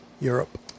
Europe